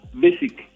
Basic